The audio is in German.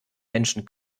menschen